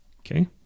Okay